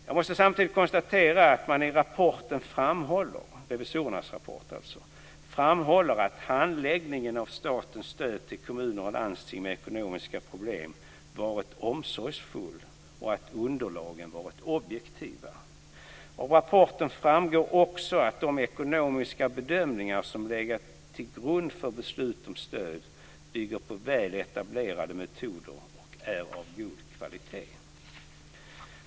Jag måste samtidigt konstatera att revisorerna i rapporten framhåller att handläggningen av statens stöd till kommuner och landsting med ekonomiska problem varit omsorgsfull och att underlagen varit objektiva. Av rapporten framgår också att de ekonomiska bedömningar som legat till grund för beslut om stöd bygger på väl etablerade metoder och är av god kvalitet.